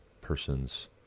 persons